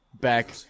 back